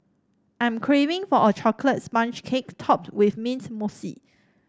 I'm craving for a chocolate sponge cake topped with mint mousse